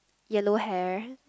yellow hair